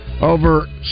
Over